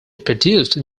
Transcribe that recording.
produced